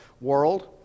world